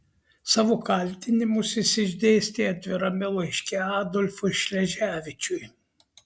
savo kaltinimus jis išdėstė atvirame laiške adolfui šleževičiui